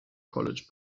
college